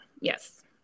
Yes